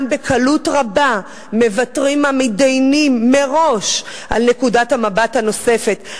אולם המתדיינים בקלות רבה מוותרים מראש על נקודת המבט הנוספת,